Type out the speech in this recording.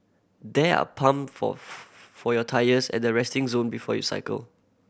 there are pump for your tyres at the resting zone before you cycle